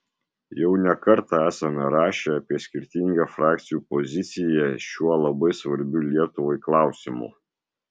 jau ne kartą esame rašę apie skirtingą frakcijų poziciją šiuo labai svarbiu lietuvai klausimu